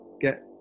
get